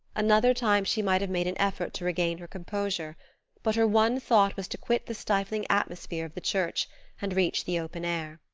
another time she might have made an effort to regain her composure but her one thought was to quit the stifling atmosphere of the church and reach the open air.